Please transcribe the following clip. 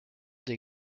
des